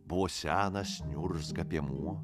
buvo senas niurzga piemuo